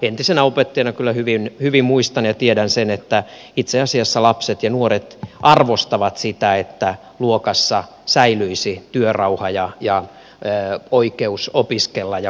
entisenä opettajana kyllä hyvin muistan ja tiedän sen että itse asiassa lapset ja nuoret arvostavat sitä että luokassa säilyisi työrauha ja oikeus opiskella ja kuunnella